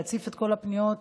להציף את כל הפניות.